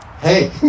Hey